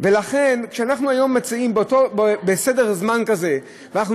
כשאנחנו היום נמצאים בזמן כזה ואנחנו